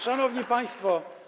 Szanowni Państwo!